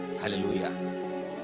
hallelujah